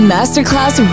Masterclass